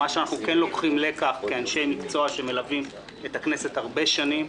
מה שאנחנו לוקחים כלקח כאנשי מקצוע שמלווים את הכנסת הרבה שנים,